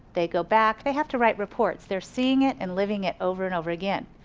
they go back, they have to write reports, they're seeing it and living it over and over again.